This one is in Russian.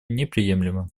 неприемлемым